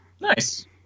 Nice